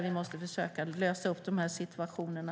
Vi måste försöka lösa de situationerna.